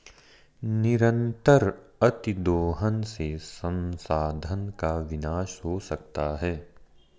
निरंतर अतिदोहन से संसाधन का विनाश हो सकता है